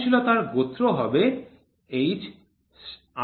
সহনশীলতার গোত্র হবে H8 f 6